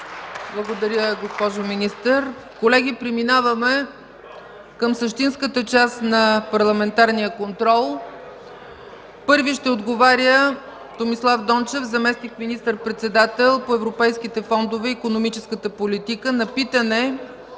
Благодаря, госпожо Министър. Колеги, преминаваме към същинската част на парламентарния контрол. Първи ще отговаря Томислав Дончев – заместник министър председател по европейските фондове и икономическата политика, на питане